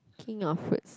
king of fruits